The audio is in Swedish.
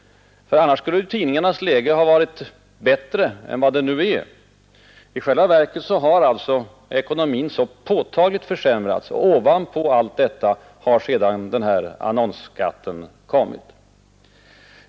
Annars skulle ju tidningarläge ha varit bättre än vad det är. I själva verket har alltså ekonomin påtagligt försämrats, och ovanpå allt detta har sedan annonsskatten kommit.